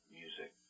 music